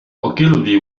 ogilvy